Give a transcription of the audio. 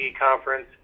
conference